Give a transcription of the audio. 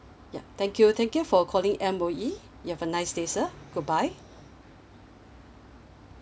yup thank you thank you for calling M_O_E you have a nice day sir goodbye